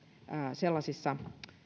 sellaisissa